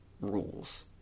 rules